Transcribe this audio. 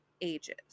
ages